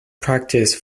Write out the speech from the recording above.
practice